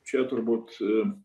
čia turbūt